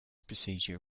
procedure